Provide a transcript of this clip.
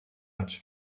much